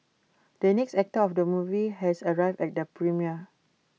the actor of the movie has arrived at the premiere